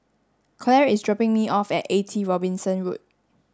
Clair is dropping me off at eighty Robinson Road